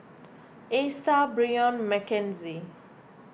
Esta Brion Mckenzie